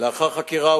לאחר חקירה,